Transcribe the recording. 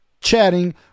chatting